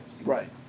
right